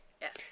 Yes